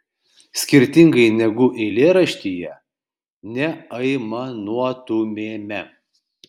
skirtingai negu eilėraštyje neaimanuotumėme